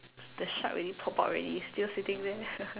the shark already pop out already still sitting there